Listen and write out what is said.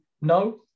no